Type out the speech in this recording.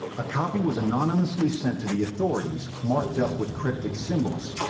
a copy was anonymously sent to the authorities marked up with cryptic symbols,